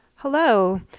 hello